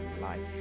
life